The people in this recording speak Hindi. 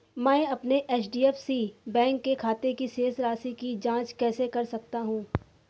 मैं अपने एच.डी.एफ.सी बैंक के खाते की शेष राशि की जाँच कैसे कर सकता हूँ?